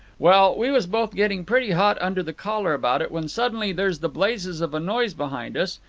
well, we was both getting pretty hot under the collar about it when suddenly there's the blazes of a noise behind us,